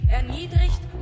erniedrigt